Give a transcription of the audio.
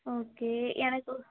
okay எனக்கு